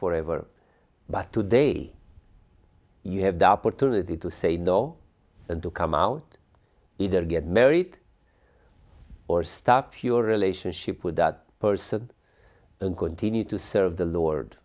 for ever but today you have the opportunity to say no and to come out either get married or stop your relationship with that person and continue to serve the lord